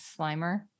Slimer